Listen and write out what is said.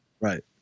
Right